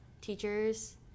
teachers